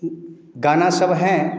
गाना सब हैं